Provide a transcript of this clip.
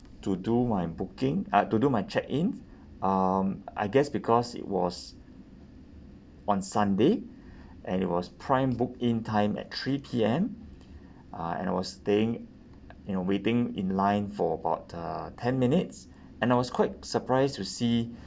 to do my booking uh to do my check in um I guess because it was on sunday and it was prime book in time at three P_M uh and I was staying you know waiting in line for about uh ten minutes and I was quite surprised to see